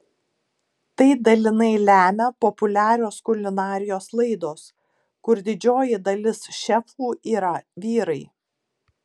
tai dalinai lemia populiarios kulinarijos laidos kur didžioji dalis šefų yra vyrai